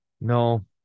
no